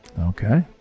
Okay